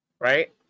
right